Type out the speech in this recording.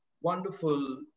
wonderful